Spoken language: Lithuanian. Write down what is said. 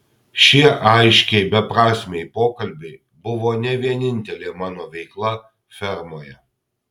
šie aiškiai beprasmiai pokalbiai buvo ne vienintelė mano veikla fermoje